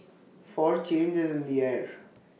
for change is in the air